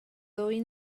ddwy